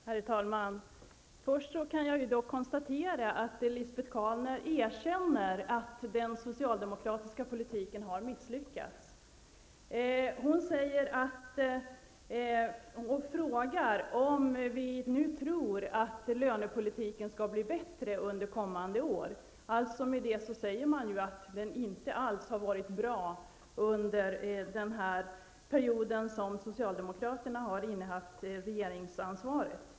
Herr talman! Först kan jag konstatera att Lisbet Calner erkände att den socialdemokratiska politiken har misslyckats. Hon frågade om vi nu tror att lönepolitiken skall bli bättre under de kommande åren. Med detta har hon sagt att den inte har varit bra under den period som socialdemokraterna har innehaft regeringsansvaret.